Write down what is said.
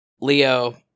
Leo